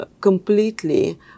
completely